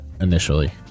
initially